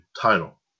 title